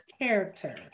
character